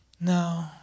no